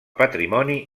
patrimoni